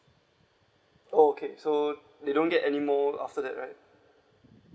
okay so they don't get anymore after that right